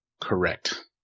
correct